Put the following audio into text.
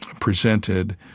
presented